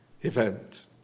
event